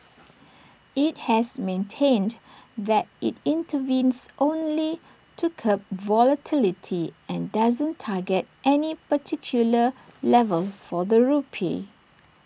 IT has maintained that IT intervenes only to curb volatility and doesn't target any particular level for the rupee